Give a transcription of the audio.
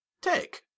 Take